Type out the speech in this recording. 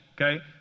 Okay